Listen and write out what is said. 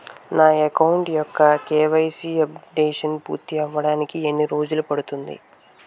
నా అకౌంట్ యెక్క KYC updation పూర్తి అవ్వడానికి ఎన్ని రోజులు పడుతుంది?